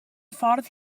ffordd